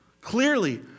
clearly